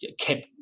kept